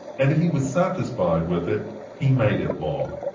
and if he was satisfied with it, he made it law.